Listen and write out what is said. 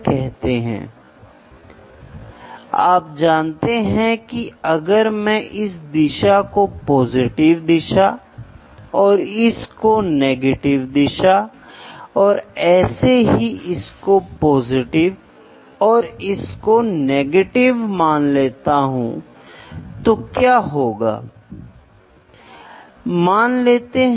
सात मूल इकाइयां • वजन kg • समय sec • तापमान • विद्युत धारा Amp • मोल पदार्थ की मात्रा • कैंडेला रोशनी • दूरी मीटरस् इसलिए एक तो वजन होगा एक समय होगा और दूसरा तापमान होगा ठीक है